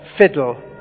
fiddle